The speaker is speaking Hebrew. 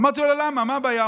אמרתי לו: למה, מה הבעיה?